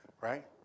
right